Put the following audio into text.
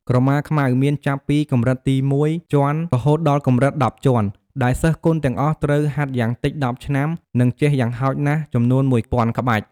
ក្រមាខ្មៅមានចាប់ពីកម្រិតទី១ជាន់រហូតដល់កម្រិត១០ជាន់ ដែលសិស្សគុនទាំងអស់ត្រូវហាត់យ៉ាងតិច១០ឆ្នាំ និងចេះយ៉ាងហោចណាស់ចំនួនមួយពាន់ក្បាច់។